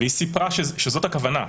והיא סיפרה שזאת הכוונה,